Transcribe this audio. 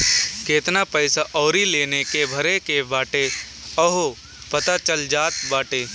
केतना पईसा अउरी लोन के भरे के बाटे उहो पता चल जात बाटे